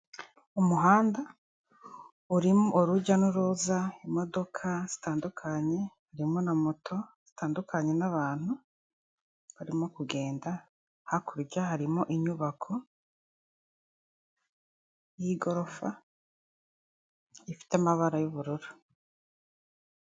Umuhanda urimo urujya n'uruza imodoka zitandukanye harimo na moto zitandukanye n'abantu barimo kugenda, hakurya harimo inyubako y'igorofa ifite amabara y'ubururu.